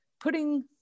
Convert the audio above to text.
putting